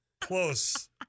Close